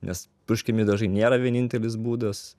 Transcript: nes purškiami dažai nėra vienintelis būdas